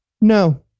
no